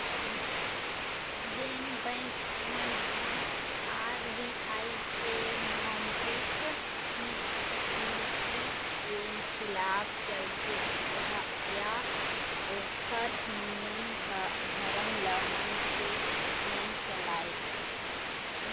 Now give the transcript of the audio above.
जेन बेंक मन ह आर.बी.आई के मौद्रिक नीति के खिलाफ चलथे या ओखर नियम धरम ल मान के नइ चलय